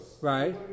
Right